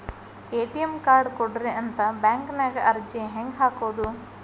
ATM card ಕೊಡ್ರಿ ಅಂತ bank ನ್ಯಾಗ ಅರ್ಜಿ ಹೆಂಗ ಹಾಕೋದು?